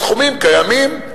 הסכומים קיימים.